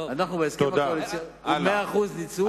ויש 100% ניצול.